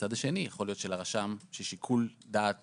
מצד שני, יכול להיות ששיקול דעת